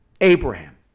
Abraham